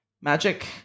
magic